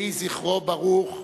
יהי זכרו ברוך,